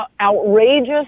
outrageous